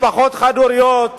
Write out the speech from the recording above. משפחות חד-הוריות,